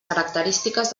característiques